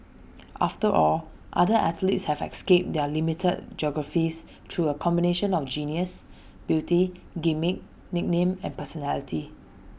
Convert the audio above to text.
after all other athletes have escaped their limited geographies through A combination of genius beauty gimmick nickname and personality